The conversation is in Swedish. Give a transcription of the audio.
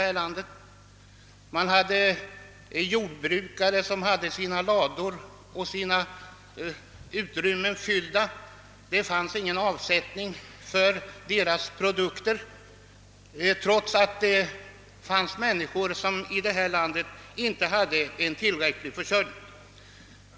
Jordbrukarna hade samtidigt sina lador och utrymmen fyllda med produkter som det inte fanns någon möjlighet att finna avsättning för, trots att det fanns människor här i landet som inte hade tillräcklig försörjning.